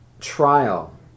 trial